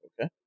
okay